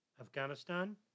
Afghanistan